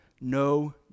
No